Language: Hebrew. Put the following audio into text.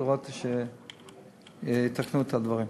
לראות שיתקנו את הדברים.